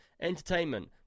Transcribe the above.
entertainment